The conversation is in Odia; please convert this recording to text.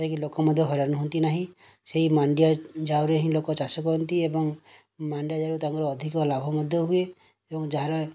ଯାଇକି ଲୋକ ମଧ୍ୟ ହଇରାଣ ହୁଅନ୍ତି ନାହିଁ ସେହି ମାଣ୍ଡିଆ ଜାଉରେ ହିଁ ଲୋକ ଚାଷ କରନ୍ତି ଏବଂ ମାଣ୍ଡିଆ ଯୋଗୁଁ ତାଙ୍କର ଅଧିକ ଲାଭ ମଧ୍ୟ ହୁଏ ଏବଂ ଯାହାର